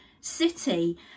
city